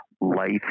Life